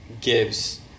gives